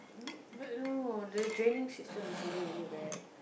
but no the draining system is really really bad